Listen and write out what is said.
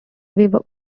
slavic